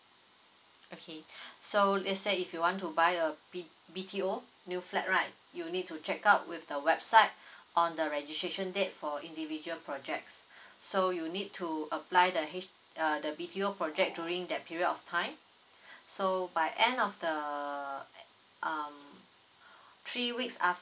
okay so let's say if you want to buy a B~ B_T_O new flat right you need to check out with the website on the registration date for individual projects so you need to apply the H~ uh the B_T_O project during that period of time so by end of the um three weeks after